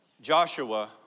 Joshua